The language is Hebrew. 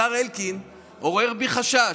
השר אלקין עורר בי חשש.